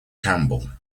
campbell